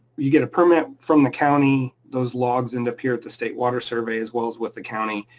you get a permit from the county. those logs and appear at the state water survey as well as with the county,